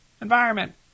environment